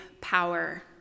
power